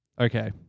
Okay